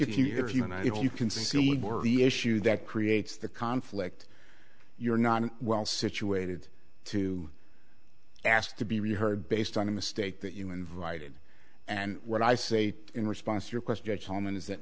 the issue that creates the conflict you're not well situated to ask to be reheard based on a mistake that you invited and what i say in response to your question at home and is that